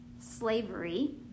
slavery